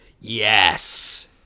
Yes